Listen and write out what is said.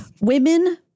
women